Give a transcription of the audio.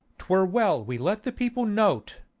twere well we let the people know't.